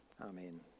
Amen